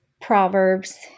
Proverbs